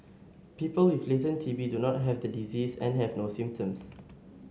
people with latent T B do not have the disease and have no symptoms